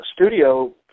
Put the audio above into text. studio